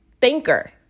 thinker